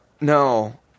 no